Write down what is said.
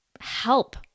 help